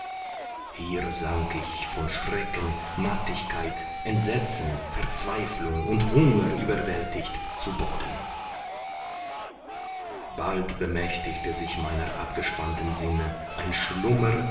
hier sank ich von schrecken mattigkeit entsetzen verzweiflung und hunger überwältigt zu boden bald bemächtigte sich meiner abgespannten sinne ein schlummer